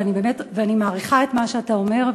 ואני מעריכה את מה שאתה אומר,